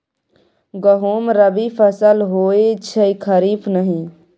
गहुम रबी फसल होए छै खरीफ नहि